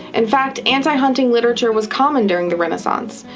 in fact, anti-hunting literature was common during the renaissance.